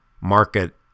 market